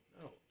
No